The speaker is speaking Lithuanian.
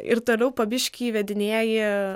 ir toliau po biškį įvedinėji